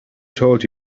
told